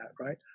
right